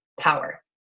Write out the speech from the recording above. power